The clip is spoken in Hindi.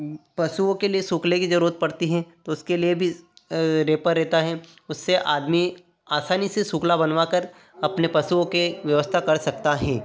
पशुओं के लिए सुकले की जरुरत होती हैं तो उसके लिए भी रैपर रहता है उससे आदमी आसानी से सुकला बनवा कर अपने पशुओं के व्यवस्था कर सकता हैं